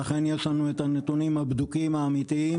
לכן יש לנו את הנתונים הבדוקים, האמיתיים,